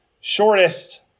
shortest